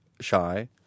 shy